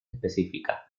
específicas